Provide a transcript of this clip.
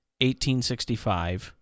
1865